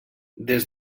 des